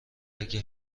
اگه